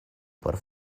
por